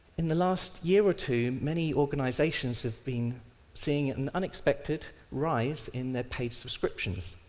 in the last year or two, many organisations have been seeing an unexpected rise in their paid subscriptions.